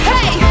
Hey